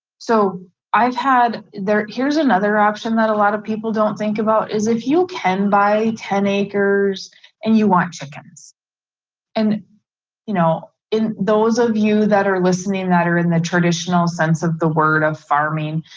so i've had there here's another option that a lot of people don't think about is if you can buy ten acres and you want chickens and you know those of you that are listening that are in the traditional sense of the word of farming,